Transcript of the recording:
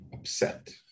upset